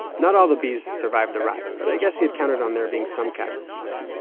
not all the bees survived the ride, but i guess he had counted on there being some casualties.